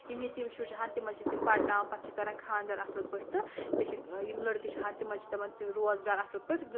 یِم ییٚتیٖم شُرۍ چھِ ہَن تِمَن چھِ تِم پرناوان پَتہٕ چھِ کران خاندَر اَصٕل پٲٹھۍ تہٕ بیٚیہِ چھِ یِم لڑکہٕ چھِ ہَن تِمَن چھِ تِمَن روزگار اَصٕل پٲٹھۍ